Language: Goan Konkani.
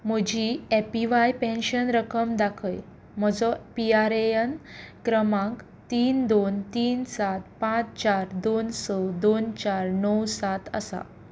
म्हजी एपीव्हाय पेन्शन रक्कम दाखय म्हजो पीआरएएन क्रमांक तीन दोन तीन सात पांच चार दोन स दोन चार णव सात आसा